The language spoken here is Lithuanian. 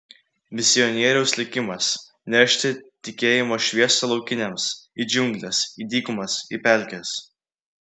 misionieriaus likimas nešti tikėjimo šviesą laukiniams į džiungles į dykumas į pelkes